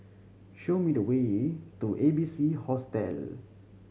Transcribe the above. show me the way to A B C Hostel